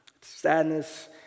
Sadness